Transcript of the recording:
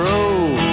Road